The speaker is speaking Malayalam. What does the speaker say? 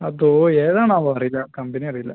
അതോ ഏതാണാവോ അറിയില്ല കമ്പനി അറിയില്ല